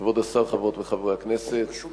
כבוד השר, חברות וחברי הכנסת,